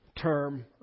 term